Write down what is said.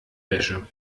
wäsche